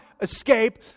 escape